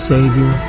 Savior